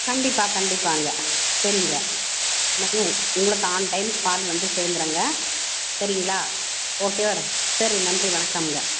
கண்டிப்பாக கண்டிப்பாங்க சரிங்க உங்களுக்கு ஆன் டைம்க்கு பால் வந்து சேர்ந்துருங்க சரிங்களா ஓகேவா சரி நன்றி வணக்கமுங்க